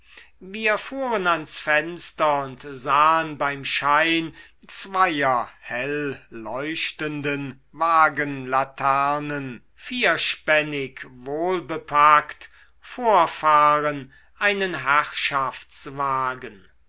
wir fuhren ans fenster und sahen beim schein zweier helleuchtenden wagenlaternen vierspännig wohlbepackt vorfahren einen